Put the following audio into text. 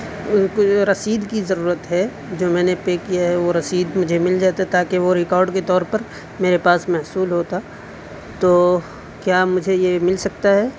رسید کی ضرورت ہے جو میں نے پے کیا ہے وہ رسید مجھے مل جاتا تاکہ وہ ریکارڈ کے طور پر میرے پاس محصول ہوتا تو کیا مجھے یہ مل سکتا ہے